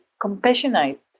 compassionate